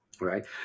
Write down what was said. Right